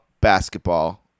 basketball